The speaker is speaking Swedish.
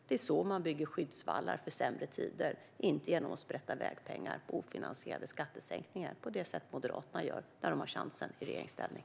Det är så man bygger skyddsvallar för sämre tider, inte genom att sprätta i väg pengar på ofinansierade skattesänkningar på det sätt Moderaterna gör när de har chansen i regeringsställning.